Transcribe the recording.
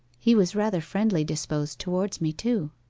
he was rather friendly-disposed towards me, too